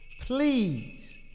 please